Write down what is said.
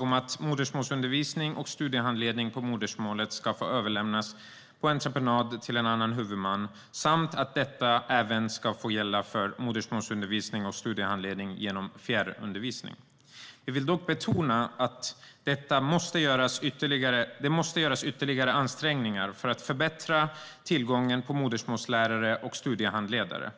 om att modersmålsundervisning och studiehandledning på modersmål ska få överlämnas på entreprenad till en annan huvudman och att detta även ska gälla för modersmålsundervisning och studiehandledning genom fjärrundervisning. Vi vill dock betona att det måste göras ytterligare ansträngningar för att förbättra tillgången på modersmålslärare och studiehandledare.